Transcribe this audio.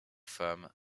femmes